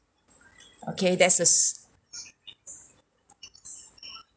okay there's this